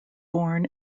born